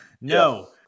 No